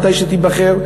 כשתיבחר,